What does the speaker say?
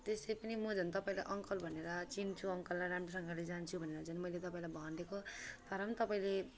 त्यसले पनि म झन् त अङ्कल भनेर चिन्छु अङ्कललाई राम्रोसँगले जान्दछु भनेर मैले तपाईँलाई भनिदिएको कारण तपाईँले